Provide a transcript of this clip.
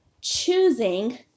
choosing